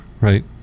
Right